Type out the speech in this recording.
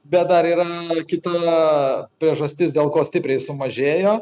bet dar yra kita priežastis dėl ko stipriai sumažėjo